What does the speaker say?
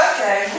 Okay